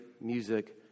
music